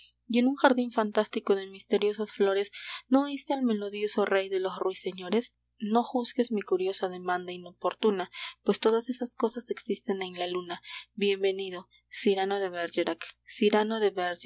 y en un jardín fantástico de misteriosas flores no oiste al melodioso rey de los ruiseñores no juzgues mi curiosa demanda inoportuna pues todas esas cosas existen en la luna bienvenido cyrano de bergerac cyrano de